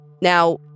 Now